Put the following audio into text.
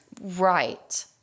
Right